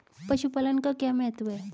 पशुपालन का क्या महत्व है?